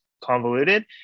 convoluted